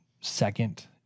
second